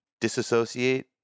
disassociate